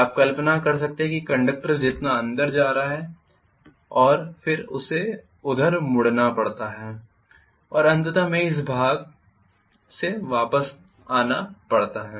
आप कल्पना कर सकते हैं कि कंडक्टर जितना अंदर जा रहा है और फिर उसे उधर मुड़ना पड़ता है और अंततः इसे इस भाग से वापस आना पड़ता है